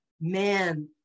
man